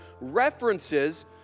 references